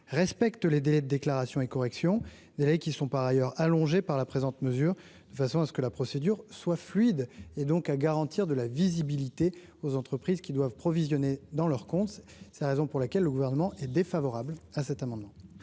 respectent les délais de déclaration et correction de qui sont par ailleurs allongé par la présente mesure de façon à ce que la procédure soit fluide et donc à garantir de la visibilité aux entreprises qui doivent provisionner dans leurs comptes, c'est la raison pour laquelle le Gouvernement est défavorable à cet amendement.